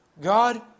God